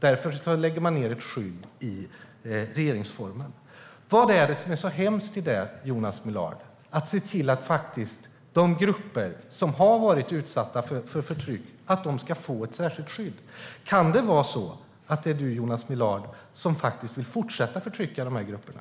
Därför lägger man in ett skydd i regeringsformen. Vad är det som är så hemskt, Jonas Millard, med att se till att de grupper som har varit utsatta för förtryck ska få ett särskilt skydd? Kan det vara så att det är du, Jonas Millard, som vill fortsätta förtrycka de här grupperna?